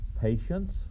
patience